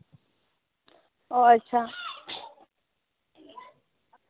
ᱚ ᱟᱪᱪᱷᱟ